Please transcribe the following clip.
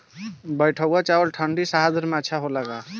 बैठुआ चावल ठंडी सह्याद्री में अच्छा होला का?